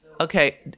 Okay